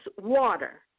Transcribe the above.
water